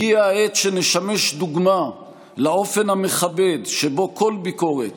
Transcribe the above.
הגיעה העת שנשמש דוגמה לאופן המכבד שבו כל ביקורת,